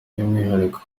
by’umwihariko